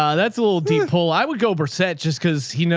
um that's a little deep hole. i would go per set, just cause he knows.